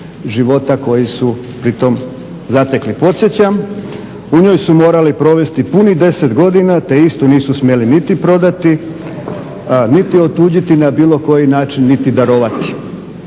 života koji su pri tome zatekli. Podsjećam u njoj su morali provesti punih 10 godina te istu nisu smjeli niti prodati, niti otuđiti na bilo koji način niti darovati.